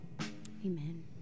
Amen